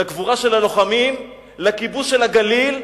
לגבורה של הלוחמים, לכיבוש של הגליל.